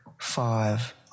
Five